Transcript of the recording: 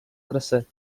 краси